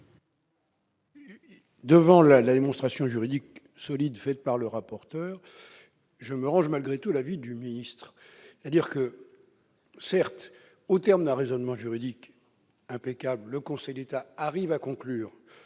Malgré la démonstration juridique solide faite par le rapporteur, je me rangerai à l'avis du ministre. Certes, au terme d'un raisonnement juridique impeccable, le Conseil d'État arrive à conclure